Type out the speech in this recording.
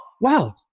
wow